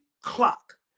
clock